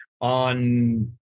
On